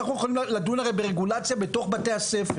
אנחנו יכולים לדון הרי ברגולציה בתוך בתי הספר,